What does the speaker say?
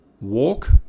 walk